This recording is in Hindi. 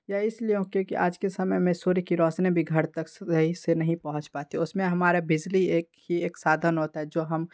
या इसलिए है क्योंकि आज के समय में सूर्य की रौशनी भी घर तक सही से नहीं पहुँच पाती उसमें हमारे बिजली एक ही एक साधन होता है जो हम